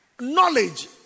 knowledge